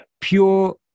pure